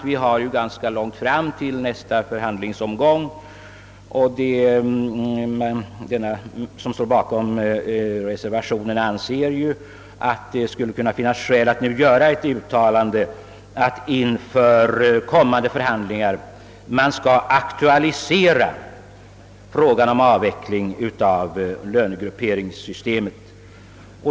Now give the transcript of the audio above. Vi har nu ganska långt kvar till nästa förhandlingsomgång, och de som står bakom reservationen anser att det kan finnas skäl att man inför kommande förhandlingar aktualiserar frågan om avveckling av lönegrupperingssystemet.